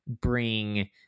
bring